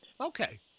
okay